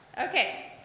Okay